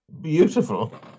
Beautiful